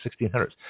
1600s